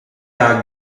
are